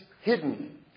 hidden